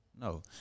No